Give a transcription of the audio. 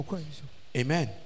amen